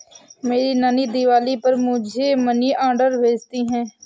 मेरी नानी दिवाली पर मुझे मनी ऑर्डर भेजती है